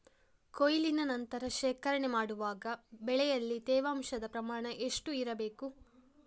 ಕೊಯ್ಲಿನ ನಂತರ ಶೇಖರಣೆ ಮಾಡುವಾಗ ಬೆಳೆಯಲ್ಲಿ ತೇವಾಂಶದ ಪ್ರಮಾಣ ಎಷ್ಟು ಇರಬೇಕು?